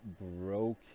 broke